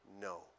No